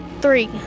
three